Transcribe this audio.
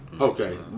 Okay